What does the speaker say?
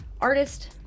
artist